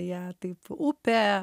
ją taip upė